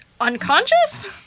unconscious